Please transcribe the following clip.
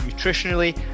nutritionally